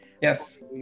Yes